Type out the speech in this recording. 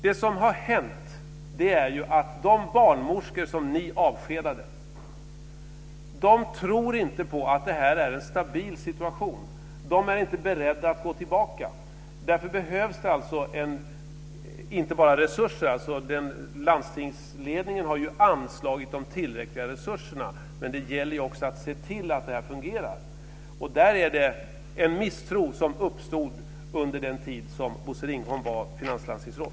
Det som har hänt är att de barnmorskor som ni avskedade inte tror på att det här är en stabil situation. De är inte beredda att gå tillbaka. Därför behövs det inte bara resurser - landstingsledningen har ju anslagit de tillräckliga resurserna - utan det gäller också att se till att det fungerar. Där är det en misstro, som uppstod under den tid som Bosse Ringholm var finanslandstingsråd.